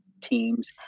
teams